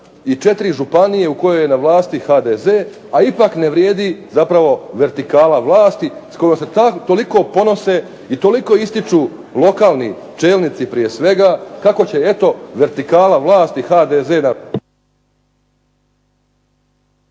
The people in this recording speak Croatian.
i 4 županije u kojoj je na vlasti HDZ, a ipak ne vrijedi zapravo vertikala vlasti s kojom se toliko ponose i toliko ističu lokalni čelnici prije svega kako će eto vertikala vlasti HDZ